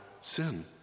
sin